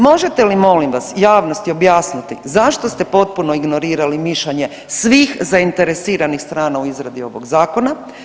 Možete li molim vas javnosti objasniti zašto ste potpuno ignorirali mišljenje svih zainteresiranih strana u izradi ovog zakona?